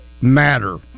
matter